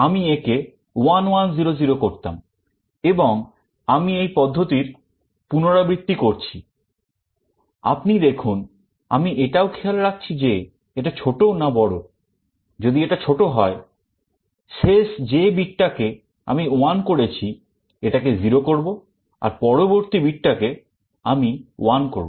আমি এই বিটটা কে 1 করব